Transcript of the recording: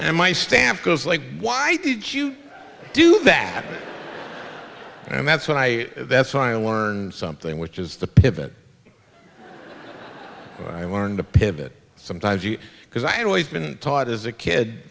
and my stamp goes like why did you do that and that's what i that's why i learned something which is the pivot but i learned a pivot sometimes you because i had always been taught as a kid